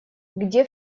где